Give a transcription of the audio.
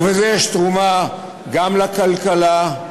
ובזה יש תרומה גם לכלכלה,